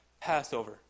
Passover